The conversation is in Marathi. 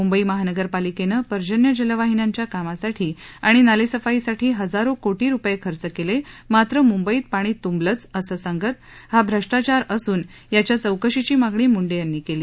मुंबई महानगर पालिकेनं पर्जन्य जलवाहिन्यांच्या कामासाठी आणि नालेसफाईसाठी हजारो कोटी रुपये खर्च केले मात्र मुंबईत पाणी तुंबलंच असं सांगत हा भ्रष्टाचार असून या चौकशीची मागणी मुंडे यांनी यावेळी केली